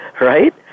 right